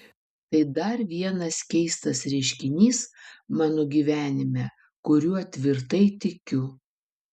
tai dar vienas keistas reiškinys mano gyvenime kuriuo tvirtai tikiu